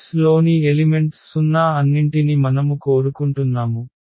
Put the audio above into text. X లోని elements 0 అన్నింటిని మనము కోరుకుంటున్నాము